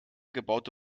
gebaute